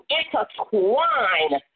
intertwine